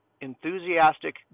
enthusiastic